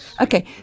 Okay